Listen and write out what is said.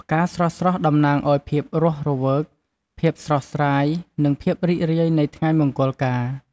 ផ្កាស្រស់ៗតំណាងឱ្យភាពរស់រវើក ភាពស្រស់ស្រាយ និងភាពរីករាយនៃថ្ងៃមង្គលការ។